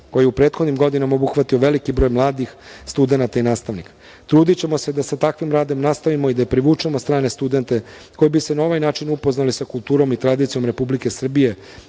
koji je u prethodnim godinama obuhvatio veliki broj mladih studenata i nastavnika. Trudićemo se da sa takvim radom nastavimo i da privučemo strane studente koji bi se na ovaj način upoznali sa kulturom i tradicijom Republike Srbije,